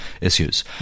issues